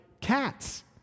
cats